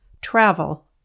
Travel